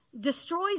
destroys